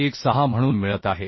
16 म्हणून मिळत आहे